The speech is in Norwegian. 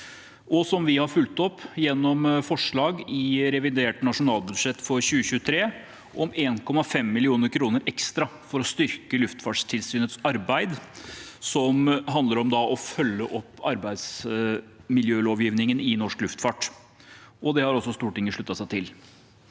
vi har fulgt opp gjennom forslag i revidert nasjonalbudsjett for 2023 om 1,5 mill. kr ekstra for å styrke Luftfartstilsynets arbeid. Det handler om å følge opp arbeidsmiljølovgivningen i norsk luftfart. Det har også Stortinget sluttet seg til.